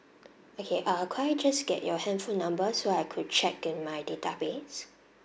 okay uh could I just get your handphone number so I could check in my database